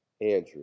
Andrew